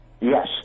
Yes